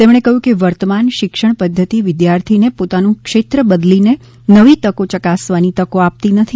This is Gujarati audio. તેમણે કહ્યું કે વર્તમાન શિક્ષણ પધ્ધતી વિદ્યાર્થીને પોતાનું ક્ષેત્ર બદલીને નવી તકો ચકાસવાની તકો આપતી નથી